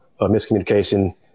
miscommunication